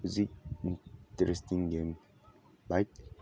interesting game like